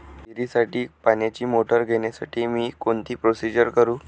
विहिरीसाठी पाण्याची मोटर घेण्यासाठी मी कोणती प्रोसिजर करु?